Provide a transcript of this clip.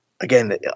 again